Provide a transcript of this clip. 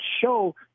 show